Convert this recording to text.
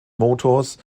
motors